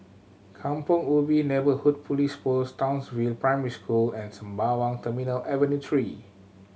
Kampong Ubi Neighbourhood Police Post Townsville Primary School and Sembawang Terminal Avenue Three